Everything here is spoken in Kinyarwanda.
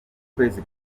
ukwezi